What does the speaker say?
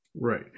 Right